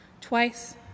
twice